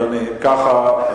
היא תעבור אליך לוועדת החינוך,